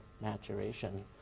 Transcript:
maturation